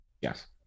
Yes